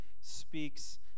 speaks